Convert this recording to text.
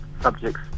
subjects